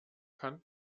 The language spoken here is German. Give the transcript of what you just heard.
kann